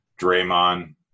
Draymond